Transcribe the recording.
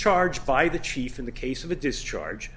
discharged by the chief in the case of a discharge